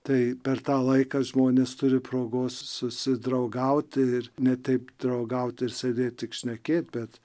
tai per tą laiką žmonės turi progos susidraugauti ir ne taip draugaut ir sėdėt tik šnekėt bet